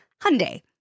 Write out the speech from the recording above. Hyundai